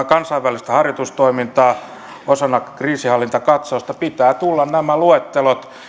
kansainvälistä harjoitustoimintaa osana kriisinhallintakatsausta pitää tulla nämä luettelot